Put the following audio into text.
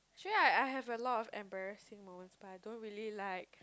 actually I I have a lot of embarrassing moments but I don't really like